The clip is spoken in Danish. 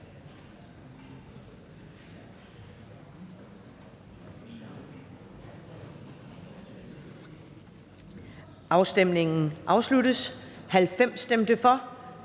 Afstemningen afsluttes. For stemte 90